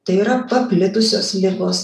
tai yra paplitusios ligos